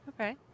Okay